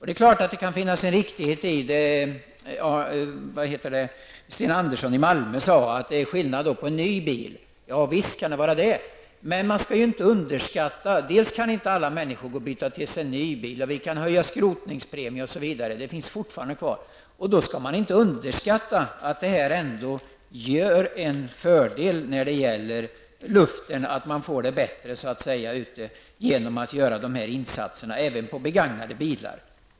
Självklart är det riktigt vad Sten Andersson i Malmö sade att det är skillnad på nya och äldre bilar i fråga om reningsutrustning. Alla människor kan t.ex. inte gå och byta till sig en ny bil. Vi kan bl.a. höja skrotningspremien. Man skall då inte underskatta att detta medför en fördel när det gäller luften. Det blir bättre genom att man gör dessa insatser, även när det gäller begagnade bilar.